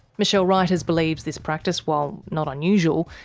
michele ruyters believes this practice, while not unusual,